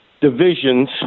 divisions